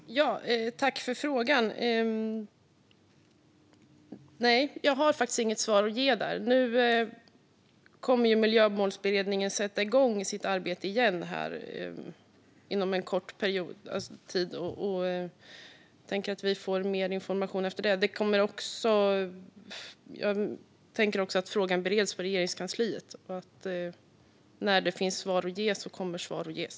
Fru talman! Jag tackar för frågan, men jag har faktiskt inget svar att ge. Miljömålsberedningen sätter igång sitt arbete igen inom kort. Jag tänker att vi får mer information efter det. Frågan bereds på Regeringskansliet, och när det finns svar att ge kommer svar att ges.